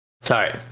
Sorry